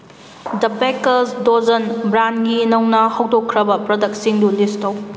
ꯗ bakers dozen ꯕ꯭ꯔꯥꯟꯒꯤ ꯅꯧꯅ ꯍꯧꯗꯣꯛꯈ꯭ꯔꯕ ꯄ꯭ꯔꯗꯛꯁꯤꯡꯗꯨ ꯂꯤꯁ ꯇꯧ